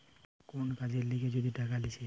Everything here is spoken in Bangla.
কোন কাজের লিগে যদি টাকা লিছে